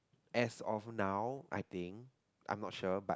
as of now I think I'm not sure but